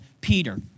Peter